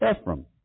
Ephraim